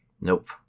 Nope